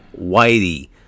Whitey